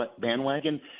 bandwagon